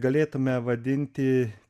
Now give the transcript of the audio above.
galėtume vadinti